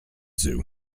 zoo